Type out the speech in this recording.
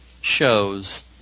shows